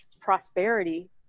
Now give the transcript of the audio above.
prosperity